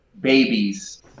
babies